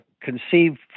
conceived